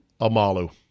Amalu